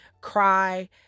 cry